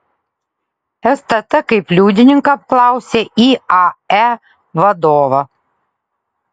stt kaip liudininką apklausė iae vadovą